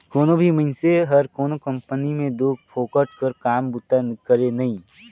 कोनो भी मइनसे हर कोनो कंपनी में दो फोकट कर काम बूता करे नई